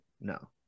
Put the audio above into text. No